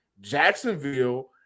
Jacksonville